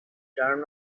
turn